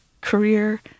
career